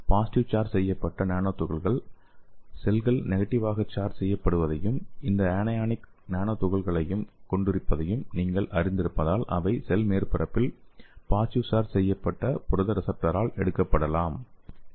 positive charge செய்யப்பட்ட nano துகள்கள் செல்கள் நெகடிவ் ஆக சார்ஜ் செய்யப்படுவதையும் இந்த அனயானிக் நானோ துகள்களையும் கொண்டிருப்பதை நீங்கள் அறிந்திருப்பதால் அவை செல் மேற்பரப்பில் பாசிடிவ் சார்ஜ் செய்யப்பட்ட புரத ரிசப்டாரால் எடுக்கப்படலாம்